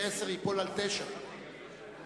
בעד, 30, נגד,